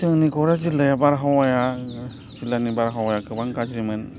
जोंनि क'क्राझार जिल्लाया बारहावाया जिल्लानि बारहावाया गोबां गाज्रिमोन